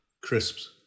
Crisps